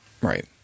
right